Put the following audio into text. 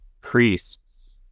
priests